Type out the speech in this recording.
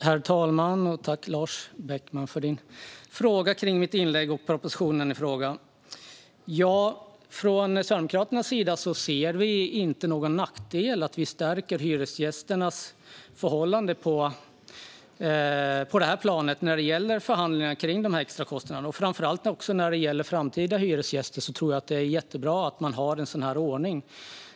Herr talman! Jag tackar Lars Beckman för frågan avseende mitt inlägg och propositionen. Sverigedemokraterna ser ingen nackdel med att stärka hyresgästernas ställning i förhandlingar om sådana här extrakostnader. Inte minst när det gäller framtida hyresgäster är det bra att ha denna ordning.